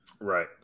Right